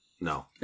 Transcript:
No